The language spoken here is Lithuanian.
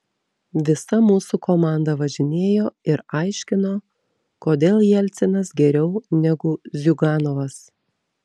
visa mūsų komanda važinėjo ir aiškino kodėl jelcinas geriau negu ziuganovas